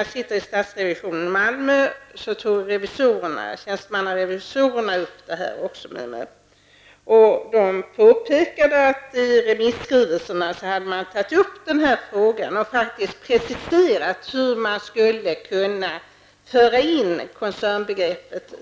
Jag sitter nu i stadsrevisionen i Malmö, och där tog tjänstemannarevisorerna också upp detta och påpekade att man i remisskrivelserna hade tagit upp frågan och preciserat hur man skulle kunna föra in koncernbegreppet